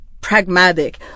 pragmatic